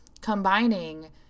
combining